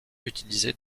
utilisée